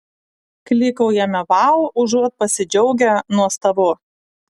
klykaujame vau užuot pasidžiaugę nuostabu